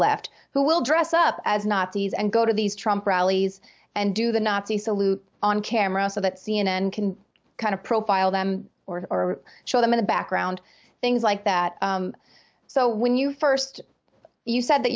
left who will dress up as nazis and go to these trump rallies and do the nazi salute on camera so that c n n can kind of profile them or show them in the background things like that so when you first you said that